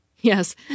Yes